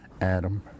Adam